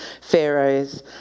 Pharaoh's